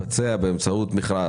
מתבצע באמצעות מכרז.